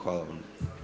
Hvala vam.